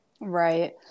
Right